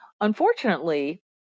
unfortunately